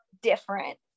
different